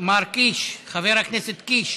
מר קיש, חבר הכנסת קיש.